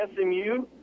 SMU